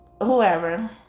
whoever